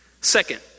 second